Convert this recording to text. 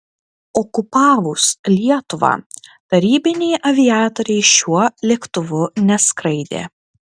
okupavus lietuvą tarybiniai aviatoriai šiuo lėktuvu neskraidė